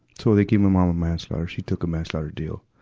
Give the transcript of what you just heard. so they gave my mom a manslaughter she took a manslaughter deal,